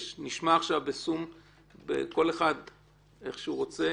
כל אחד איך שהוא רוצה,